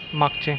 मागचे